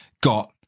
got